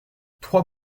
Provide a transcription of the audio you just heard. trois